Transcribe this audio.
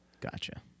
Gotcha